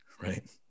Right